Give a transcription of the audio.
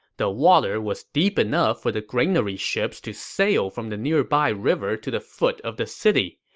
the water was deep enough for the granary ships to sail from the nearby river to the foot of the city.